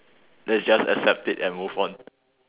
let's just accept it and move on